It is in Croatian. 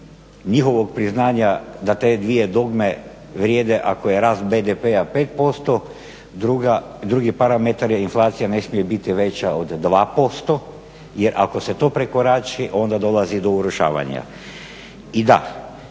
njihovog priznanja da te dvije dogme vrijede ako je rast BDP-a 5% drugi parametar je, inflacija ne smije biti veća od 2% jer ako se to prekorači onda dolazi do urušavanja.